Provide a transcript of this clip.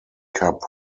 cup